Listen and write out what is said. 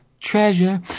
treasure